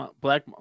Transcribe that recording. Black